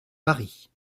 paris